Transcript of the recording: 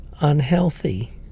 unhealthy